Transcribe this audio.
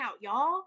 y'all